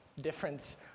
difference